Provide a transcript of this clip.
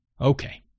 Okay